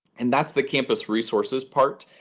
and that's the campus resources part.